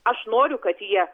aš noriu kad jie